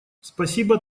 спасибо